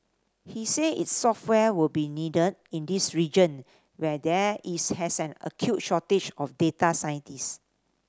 he said its software will be needed in this region where there is has an acute shortage of data scientists